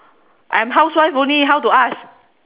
I'm housewife only how to ask